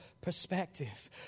perspective